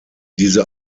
diese